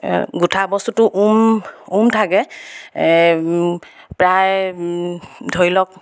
গোঁঠা বস্তুটো উম উম থাকে প্ৰায় ধৰি লওক